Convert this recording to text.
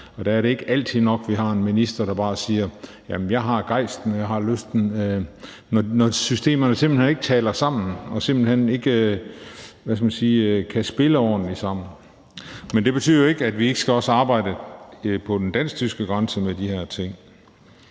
Der er det ikke altid nok, at vi har en minister, der bare siger, at han har gejsten og har lysten, når systemerne simpelt hen ikke taler sammen og simpelt hen ikke kan spille ordentlig sammen. Men det betyder jo ikke, at vi ikke også skal arbejde med de her ting